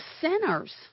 sinners